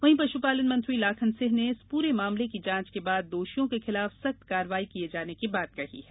वहीं पश्पालन मंत्री लाखन सिंह ने इस पूरे मामले की जांच के बाद दोषियों के खिलाफ सख्त कार्यवाही किये जाने की बात कहीं है